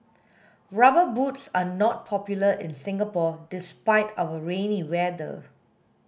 rubber boots are not popular in Singapore despite our rainy weather